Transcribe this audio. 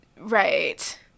Right